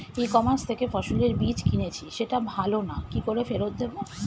ই commerce থেকে ফসলের বীজ কিনেছি সেটা ভালো না কি করে ফেরত দেব?